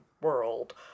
world